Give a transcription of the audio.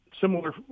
Similar